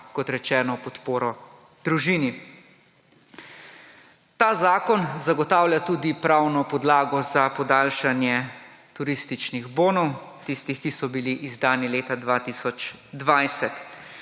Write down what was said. kot rečeno, v podporo družini. Ta zakon zagotavlja tudi pravno podlago za podaljšanje turističnih bonov, tistih, ki so bili izdani leta 2020.